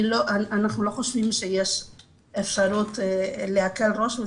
אנחנו לא חושבים שיש אפשרות להקל ראש.